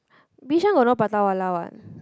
Bishan got no Prata-Wala what